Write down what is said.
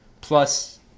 plus